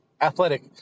athletic